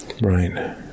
Right